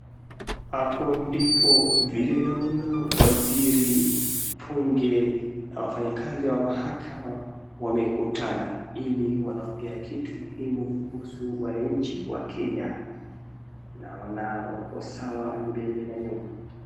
Hapo ndipo vile naona waziri wa bunge na wafanyakazi wa mahakama wamekutana ili wanaongea kitu muhimu kuhusu wananchi wa Kenya, naona wako sawa mbele na nyuma.